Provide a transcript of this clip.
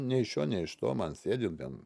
nei iš šio nei iš to man sėdint ten